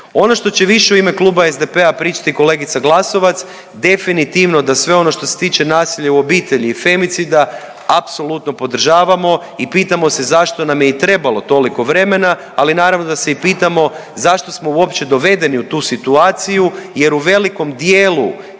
Ono što će više u ime kluba SDP-a pričati kolegica Glasovac definitivno da sve ono što se tiče nasilja u obitelji i femicida apsolutno podržavamo i pitamo se zašto nam je i trebalo toliko vremena, ali naravno da se i pitamo zašto smo uopće dovedeni u tu situaciju, jer u velikom dijelu